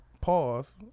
pause